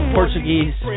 Portuguese